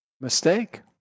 mistake